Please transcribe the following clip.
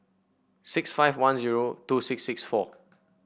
six five one zero two six six four